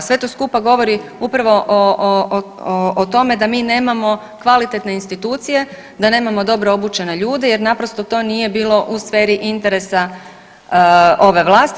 Sve to skupa govori upravo o tome da mi nemamo kvalitetne institucije, da nemamo dobro obučene ljude, jer naprosto to nije bilo u sferi interesa ove vlasti.